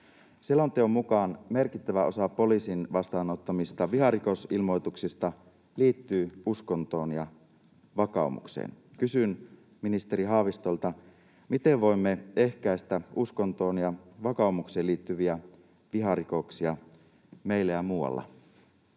Selonteon mukaan merkittävä osa poliisin vastaanottamista viharikosilmoituksista liittyy uskontoon ja vakaumukseen. Kysyn ministeri Haavistolta: miten voimme ehkäistä uskontoon ja vakaumukseen liittyviä viharikoksia meillä ja muualla?